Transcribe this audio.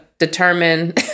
determine